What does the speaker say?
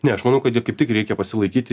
ne aš manau kad ją kaip tik reikia pasilaikyti